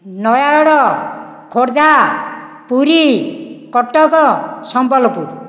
Nayagarh Khordha Puri Cuttack Sambalpur